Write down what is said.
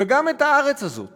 וגם את הארץ הזאת